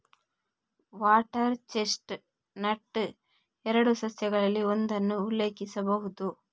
water chestnut ಎರಡು ಸಸ್ಯಗಳಲ್ಲಿ ಒಂದನ್ನು ಉಲ್ಲೇಖಿಸಬಹುದು